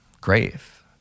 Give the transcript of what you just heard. grave